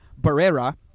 Barrera